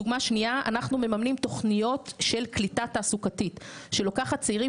דוגמה שנייה: אנחנו מממנים תוכניות של קליטה תעסוקתית שלוקחת צעירים